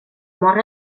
mor